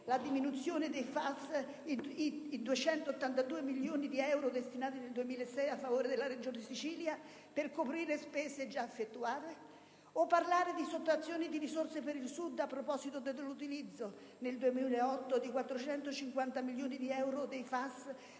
la diminuzione del FAS di 282 milioni di euro destinati nel 2006 a favore della Regione Sicilia per coprire spese già effettuate? O parlare di sottrazione di risorse per il Sud a proposito dell'utilizzo, nel 2008, di 450 milioni di euro del FAS